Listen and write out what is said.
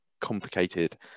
complicated